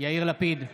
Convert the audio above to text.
יאיר לפיד,